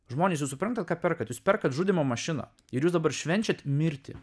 žmonės jūs suprantat ką perkat jūs perkat žudymo mašiną ir jūs dabar švenčiat mirtį